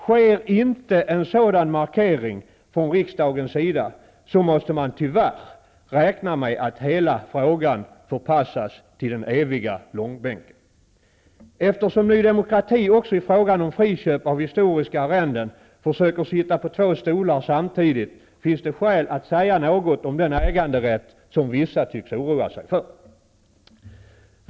Sker inte en sådan markering från riksdagens sida, måste man tyvärr räkna med att hela frågan förpassas till den eviga långbänken. Eftersom Ny demokrati också i fråga om friköp av historiska arrenden försöker sitta på två stolar samtidigt, finns det skäl att säga något om den äganderätt som vissa tycks oroa sig för.